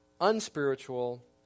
unspiritual